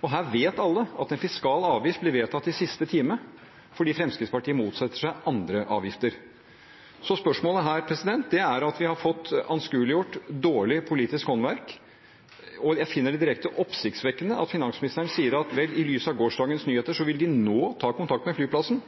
og her vet alle at en fiskal avgift ble vedtatt i siste time fordi Fremskrittspartiet motsetter seg andre avgifter. Vi har her fått anskueliggjort dårlig politisk håndverk, og jeg finner det direkte oppsiktsvekkende at finansministeren sier at i lys av gårsdagens nyheter vil de nå ta kontakt med flyplassen.